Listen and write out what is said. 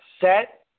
set